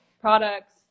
products